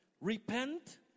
Repent